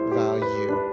value